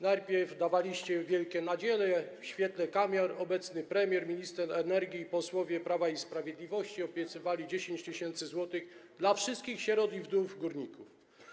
Najpierw dawaliście wielkie nadzieje, w świetle kamer obecny premier, minister energii i posłowie Prawa i Sprawiedliwości obiecywali 10 tys. zł dla wszystkich sierot i wdów po górnikach.